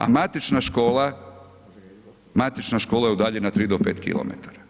A matična škola, matična škola je udaljena 3 do 5km.